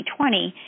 2020